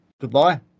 goodbye